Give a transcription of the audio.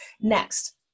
next